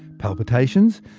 palpitations,